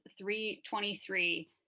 3.23